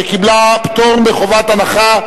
שקיבלה פטור מחובת הנחה,